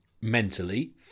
mentally